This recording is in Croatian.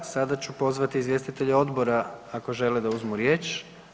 Sada ću pozvati izvjestitelje odbora ako žele da uzmu riječ?